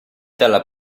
dalla